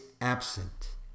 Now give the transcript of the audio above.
absent